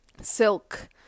silk